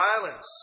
violence